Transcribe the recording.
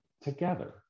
together